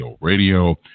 Radio